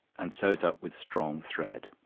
and sew it up with strong thread